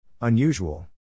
Unusual